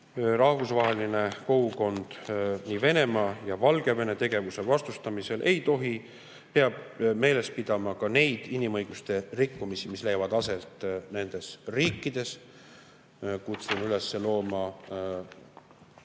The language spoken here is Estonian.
Rahvusvaheline kogukond peab Venemaa ja Valgevene tegevuse vastustamisel meeles pidama ka neid inimõiguste rikkumisi, mis leiavad aset nendes riikides. Kutsun üles looma